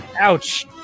Ouch